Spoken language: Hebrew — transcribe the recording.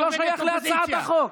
זה לא שייך להצעת החוק.